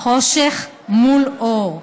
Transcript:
חושך מול אור.